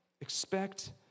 Expect